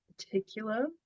particular